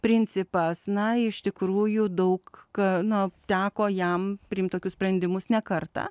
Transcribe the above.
principas na iš tikrųjų daug na teko jam priimti tokius sprendimus ne kartą